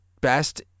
best